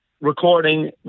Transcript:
recording